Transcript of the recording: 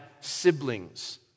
siblings